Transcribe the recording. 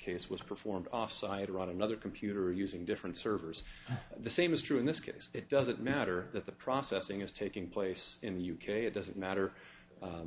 case was performed offsider on another computer using different servers the same is true in this case it doesn't matter that the processing is taking place in the u k it doesn't matter